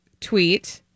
tweet